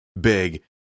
big